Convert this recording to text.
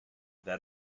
that